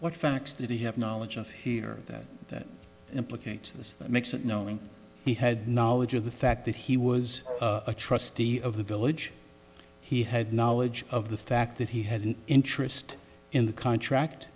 what facts that we have knowledge of here that implicates this that makes it knowing he had knowledge of the fact that he was a trustee of the village he had knowledge of the fact that he had an interest in the contract